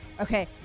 Okay